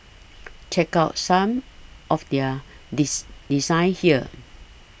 check out some of their dis designs here